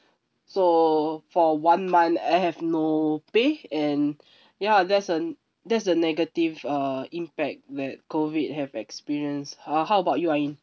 so for one month I have no pay and ya there's a n~ there's a negative uh impact that COVID have experienced uh how about you ain